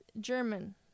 German